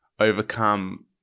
overcome